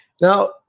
Now